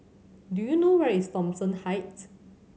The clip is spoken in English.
do you know where is Thomson Heights